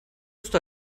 ist